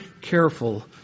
careful